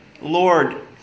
Lord